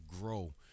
grow